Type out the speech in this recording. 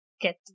get